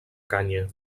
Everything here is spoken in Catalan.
canya